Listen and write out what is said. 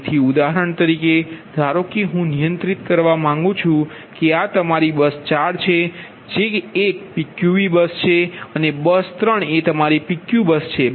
તેથી ઉદાહરણ તરીકે ધારો કે હું નિયંત્રિત કરવા માંગુ છું કે આ તમારી બસ 4 છે જે એક PQV બસ છે અને બસ 3 એ તમારી PQ બસ છે